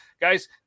guys